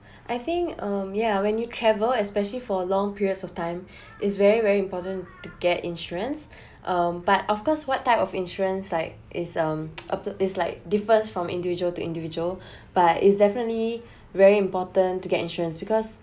I think um yeah when you travel especially for long periods of time is very very important to get insurance um but of course what type of insurance like is um is like different from individual to individual but is definitely very important to get insurance because